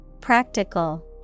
Practical